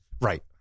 Right